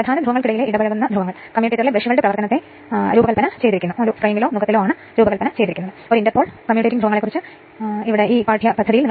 open circuit test V1 230 volt K trans അനുപാതം 230 അല്ലെങ്കിൽ voltage അനുപാതം 2150 2